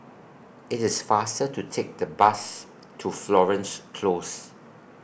IT IS faster to Take The Bus to Florence Close